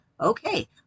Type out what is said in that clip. Okay